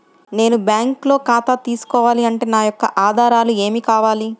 నేను బ్యాంకులో ఖాతా తీసుకోవాలి అంటే నా యొక్క ఆధారాలు ఏమి కావాలి?